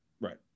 Right